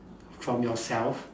from yourself